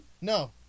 No